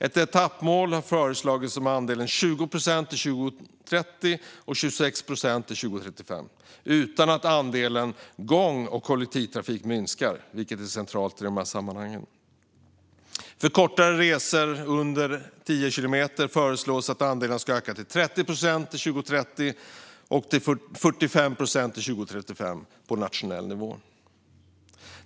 Ett etappmål har föreslagits om andelen 20 procent till 2030 och 26 procent till 2035 utan att andelen gång och kollektivtrafik minskar, vilket är centralt i de här sammanhangen. För kortare resor, under 10 kilometer, föreslås att andelen ska öka till 30 procent till 2030 och till 45 procent till 2035 på nationell nivå.